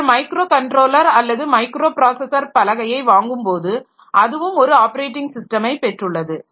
நீங்கள் மைக்ரோகண்ட்ரோலர் அல்லது மைக்ரோபிராஸஸர் பலகையை வாங்கும்போது அதுவும் ஒரு ஆப்பரேட்டிங் ஸிஸ்டமை பெற்றுள்ளது